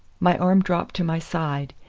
my arm dropped to my side,